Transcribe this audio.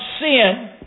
sin